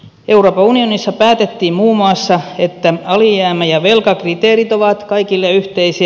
euroopan unionissa päätettiin muun muassa että alijäämä ja velkakriteerit ovat kaikille yhteisiä